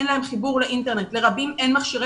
אין להם חיבור לאינטרנט ולרבים אין מכשירי